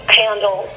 handle